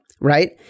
right